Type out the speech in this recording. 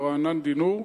מר רענן דינור,